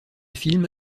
film